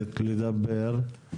לדבר,